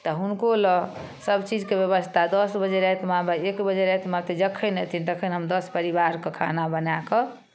तऽ हुनको लेल सभ चीजके व्यवस्था दस बजे रातिमे आबय एक बजे रातिमे जखन अयथिन तखन हम दस परिवारके खाना बनाए कऽ